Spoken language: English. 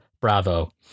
Bravo